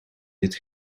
dit